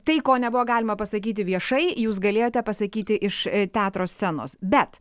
tai ko nebuvo galima pasakyti viešai jūs galėjote pasakyti iš teatro scenos bet